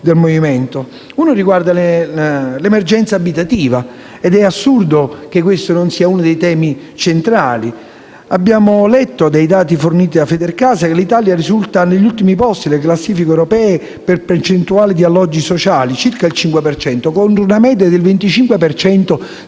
Una riguarda l'emergenza abitativa ed è assurdo che questo non sia uno dei temi centrali. Abbiamo letto dai dati forniti da Federcasa che l'Italia risulta agli ultimi posti nelle classifiche europee per percentuale di alloggi sociali, con circa il 5 per cento contro una media del 25 per cento